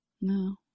No